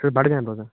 أسۍ حظ بَڈگامہِ روزان